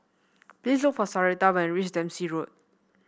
please look for Sarita when you reach Dempsey Road